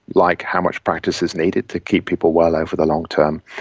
like how much practice is needed to keep people well over the long term,